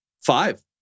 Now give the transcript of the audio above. Five